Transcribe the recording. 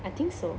I think so